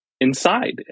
inside